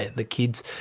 the kids